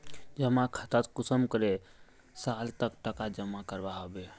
जमा खातात कुंसम करे साल तक टका जमा करवा होबे?